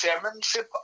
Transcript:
chairmanship